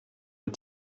aux